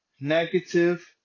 negative